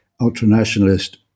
ultra-nationalist